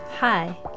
Hi